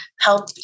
help